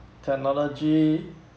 technology